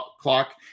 clock